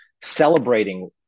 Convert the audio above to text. Celebrating